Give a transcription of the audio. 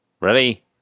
Ready